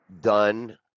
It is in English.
done